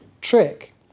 trick